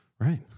Right